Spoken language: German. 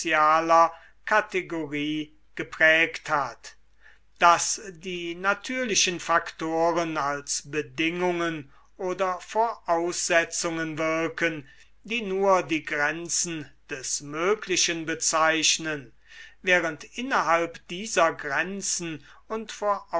kategorie geprägt hat daß die natürlichen faktoren als bedingungen oder voraussetzungen wirken die nur die grenzen des möglichen bezeichnen während innerhalb dieser grenzen und